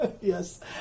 Yes